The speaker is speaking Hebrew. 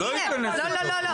אבל זה לא ייכנס לתוקף.